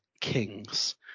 kings